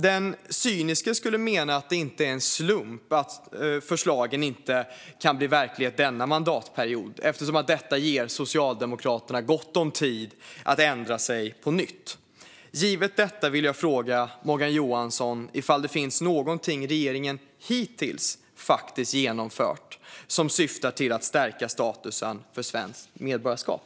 Den cyniske skulle mena att det inte är en slump att förslagen inte blir verklighet denna mandatperiod eftersom det ger Socialdemokraterna gott om tid att ändra sig på nytt. Givet detta vill jag fråga Morgan Johansson: Finns det någonting som regeringen hittills faktiskt har genomfört som syftar till att stärka statusen för svenskt medborgarskap?